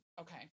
okay